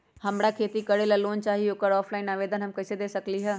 हमरा खेती करेला लोन चाहि ओकर ऑफलाइन आवेदन हम कईसे दे सकलि ह?